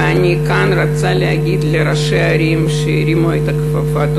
ואני כאן רוצה להגיד תודה רבה לראשי הערים שהרימו את הכפפה.